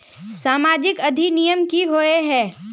सामाजिक अधिनियम की होय है?